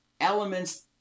elements